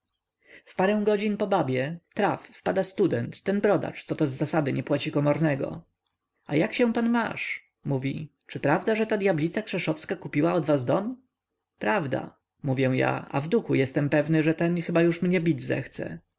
parę godzin po babie traf wpada student ten brodacz co to z zasady nie płaci komornego a jak się pan masz mówi czy prawda że ta dyablica krzeszowska kupiła od was dom prawda mówię ja a w duchu jestem pewny że ten chyba już mnie bić zechce